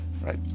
right